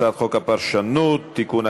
הצעת חוק הפרשנות (תיקון,